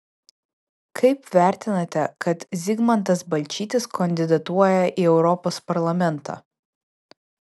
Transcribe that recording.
kaip vertinate kad zigmantas balčytis kandidatuoja ir į europos parlamentą